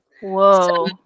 Whoa